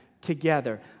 Together